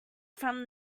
from